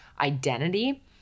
identity